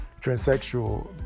transsexual